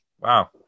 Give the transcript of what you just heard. Wow